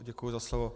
Děkuji za slovo.